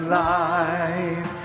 life